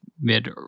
mid